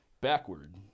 backward